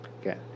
Okay